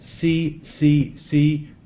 C-C-C